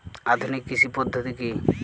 আধুনিক কৃষি পদ্ধতি কী?